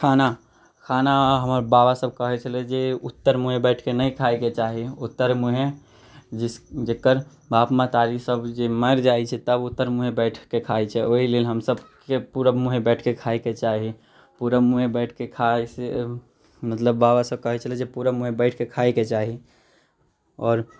खान खाना हमर बाबासभ कहैत छलै जे उत्तर मुँहे बैठ कऽ नहि खायके चाही उत्तर मुँहे जिस जकर बाप महतारीसभ जे मरि जाइत छै तब उत्तर मुँहे बैठ कऽ खाइत छै ओहिलेल हमसभके पूरब मुँहे बैठ कऽ खायके चाही पूरब मुँहे बैठ कऽ खाइसँ मतलब बाबासभ कहैत छलै जे पूरब मुँहे बैठ कऽ खायके चाही आओर